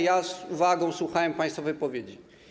Ja z uwagą słuchałem państwa wypowiedzi.